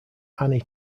annie